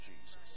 Jesus